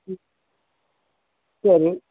ம் சரி